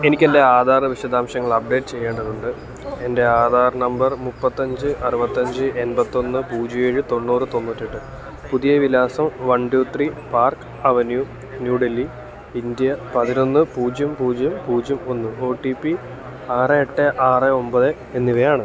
എനിക്ക് എൻ്റെ ആധാറ് വിശദാംശങ്ങൾ അപ്ഡേറ്റ് ചെയ്യേണ്ടതുണ്ട് എൻ്റെ ആധാർ നമ്പർ മുപ്പത്തി അഞ്ച് അറുപത്തി അഞ്ച് എൺപത്തി ഒന്ന് പൂജ്യം ഏഴ് തൊണ്ണൂറ് തൊണ്ണൂറ്റി എട്ട് പുതിയ വിലാസം one two three park avenue new Delhi India പതിനൊന്ന് പൂജ്യം പൂജ്യം പൂജ്യം ഒന്ന് ഒ ടി പി ആറ് എട്ട് ആറ് ഒമ്പത് എന്നിവയാണ്